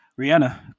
Rihanna